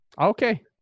Okay